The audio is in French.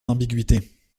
ambiguïtés